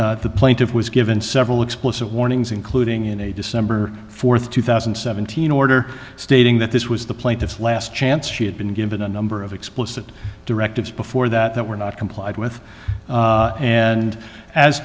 the plaintiff was given several explicit warnings including in a december fourth two thousand and seventeen order stating that this was the plaintiff's last chance she had been given a number of explicit directives before that were not complied with and as